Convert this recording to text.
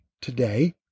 today